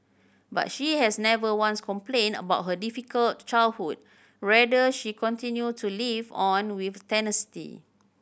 but she has never once complained about her difficult childhood rather she continued to live on with tenacity